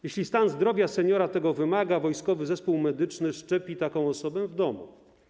Jeśli stan zdrowia seniora tego wymaga, wojskowy zespół medyczny szczepi taką osobę w domu.